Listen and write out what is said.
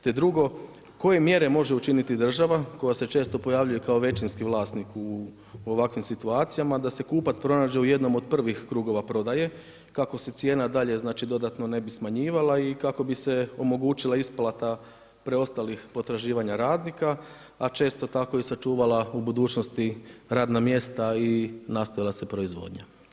Te, drugo, koje mjere može učiniti država koja se često pojavljuje kao većinski vlasnik u ovakvim situacijama, da se kupac pronađe u jednom od prvih krugova prodaja, kako se cijena dalje, dodatno ne bi smanjivala i kako bi se omogućila isplata preostalih potraživanja radnika, a često tako i sačuvala u budućnosti radna mjesta i nastavila se proizvodnja.